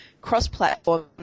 cross-platform